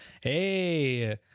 Hey